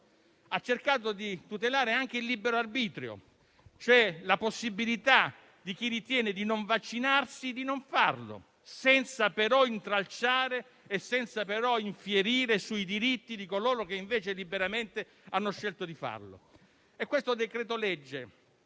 ha cercato di tutelare anche il libero arbitrio, cioè la possibilità di chi ritiene di non vaccinarsi di non farlo, senza però intralciare e senza infierire sui diritti di coloro che invece liberamente hanno scelto di farlo. Questo decreto-legge